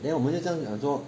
then 我们就跟她讲说